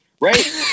Right